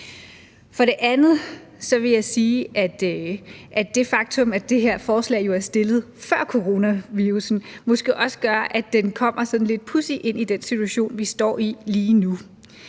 For det andet vil jeg sige, at det faktum, at det her forslag jo er fremsat før coronavirussen, måske også gør, at det kommer sådan lidt pudsigt ind i den situation, vi står i lige nu.